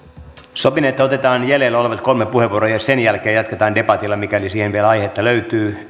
sopinee että otetaan jäljellä olevat kolme puheenvuoroa ja sen jälkeen jatketaan debatilla mikäli siihen vielä aihetta löytyy